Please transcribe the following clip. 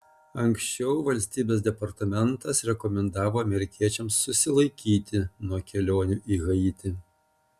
anksčiau valstybės departamentas rekomendavo amerikiečiams susilaikyti nuo kelionių į haitį